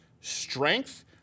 strength